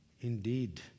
indeed